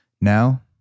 Now